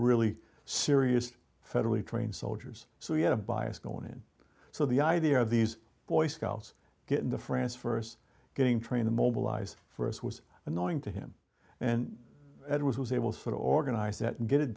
really serious federally trained soldiers so he had a bias going in so the idea of these boy scouts getting to france st getting train the mobilized for us was annoying to him and it was able to organize that and get it